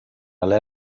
alle